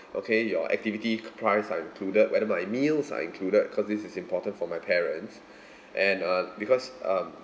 okay your activity co~ price are included whether my meals are included because this is important for my parents and uh because um